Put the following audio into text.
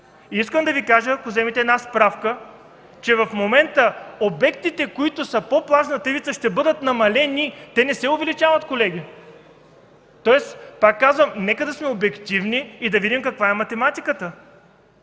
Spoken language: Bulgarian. Искам да Ви кажа, ако вземете една справка, че в момента обектите, които са по плажната ивица, ще бъдат намалени. Те не се увеличават, колеги. Пак казвам: „Нека да сме обективни и да видим каква е математиката”.